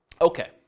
Okay